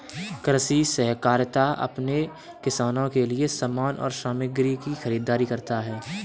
कृषि सहकारिता अपने किसानों के लिए समान और सामग्री की खरीदारी करता है